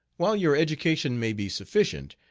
while your education may be sufficient,